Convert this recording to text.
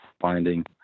finding